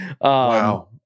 Wow